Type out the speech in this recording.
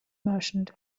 merchant